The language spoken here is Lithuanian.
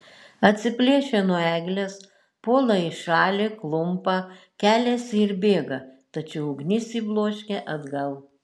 atsiplėšia nuo eglės puola į šalį klumpa keliasi ir bėga tačiau ugnis jį bloškia atgal